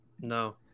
No